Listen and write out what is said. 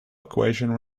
equation